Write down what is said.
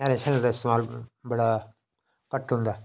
हैलें शैले दा इस्तेमाल बड़ा घट्ट होंदा